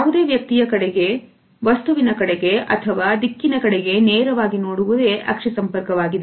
ಯಾವುದೇ ವ್ಯಕ್ತಿಯ ಕಡೆಗೆ ವಸ್ತುವಿನ ಕಡೆಗೆ ಅಥವಾ ದಿಕ್ಕಿನ ಕಡೆಗೆ ನೇರವಾಗಿ ನೋಡುವುದೇ ಅಕ್ಷಿ ಸಂಪರ್ಕವಾಗಿದೆ